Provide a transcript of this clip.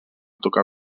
tocar